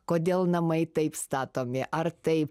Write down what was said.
kodėl namai taip statomi ar tai